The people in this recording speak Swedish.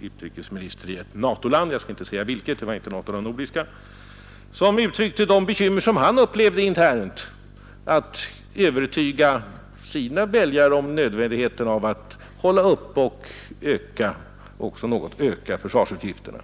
utrikesminister i ett NATO-land — jag skall inte säga vilket, men det var inte något av de nordiska — som uttryckte de bekymmer som han upplevde internt när det gällde att övertyga sina väljare om nödvändigheten av att hålla uppe och också öka försvarsutgifterna.